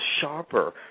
sharper